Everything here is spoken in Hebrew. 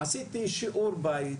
עשיתי שיעורי בית